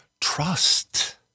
trust